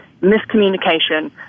miscommunication